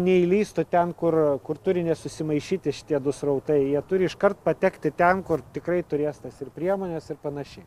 neįlįstų ten kur kur turi nesusimaišyti šitie du srautai jie turi iškart patekti ten kur tikrai turės tas ir priemones ir panašiai